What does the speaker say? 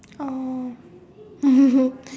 oh